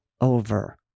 over